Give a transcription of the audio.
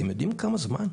אתם יודעים כמה זמן?